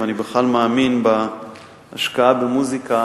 ואני בכלל מאמין בהשקעה במוזיקה